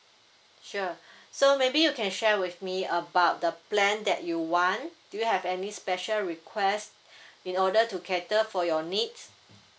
sure so maybe you can share with me about the plan that you want do you have any special request in order to cater for your needs